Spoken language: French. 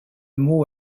mot